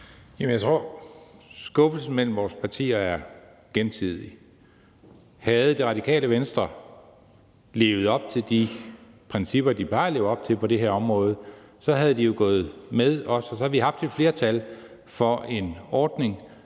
Jeg tror, at skuffelsen mellem vores partier er gensidig. Havde Radikale Venstre levet op til de principper, de plejer at leve op til på det her område, var de jo gået med os, og så havde vi haft et flertal for en ordning,